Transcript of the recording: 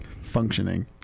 functioning